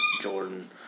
Jordan